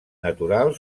natural